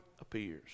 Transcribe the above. appears